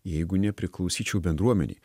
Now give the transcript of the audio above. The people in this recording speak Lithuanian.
jeigu nepriklausyčiau bendruomenei